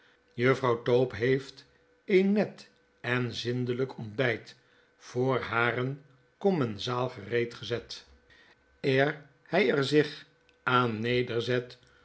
juffrouw tope heeft een net en zindelijk ontbjjt voor haren commensaal gereedgezet eer hij er zich aan